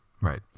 right